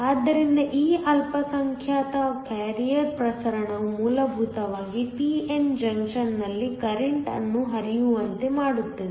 ಆದ್ದರಿಂದ ಈ ಅಲ್ಪಸಂಖ್ಯಾತ ಕ್ಯಾರಿಯರ್ ಪ್ರಸರಣವು ಮೂಲಭೂತವಾಗಿ p n ಜಂಕ್ಷನ್ನಲ್ಲಿ ಕರೆಂಟ್ಅನ್ನು ಹರಿಯುವಂತೆ ಮಾಡುತ್ತದೆ